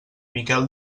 miquel